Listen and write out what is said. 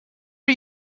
are